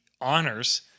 honors